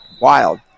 Wild